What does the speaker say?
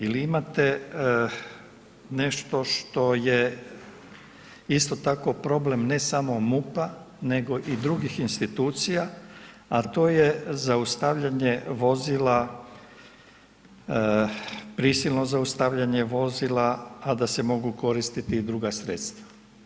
Ili imate nešto što je isto tako problem ne samo MUP-a, nego i drugih institucija, a to je zaustavljanje vozila, prisilno zaustavljanje vozila, a da se mogu koristiti i druga sredstva.